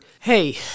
hey